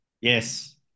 Yes